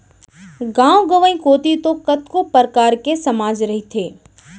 गाँव गंवई कोती तो कतको परकार के समाज रहिथे